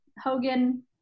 Hogan